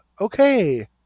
Okay